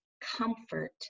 comfort